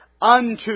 unto